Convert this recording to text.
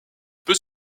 peut